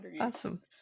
awesome